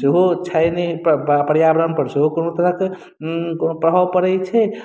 सेहो क्षय नहि पर्यावरणपर सेहो कोनो तरहक कोनो प्रभाव पड़य छै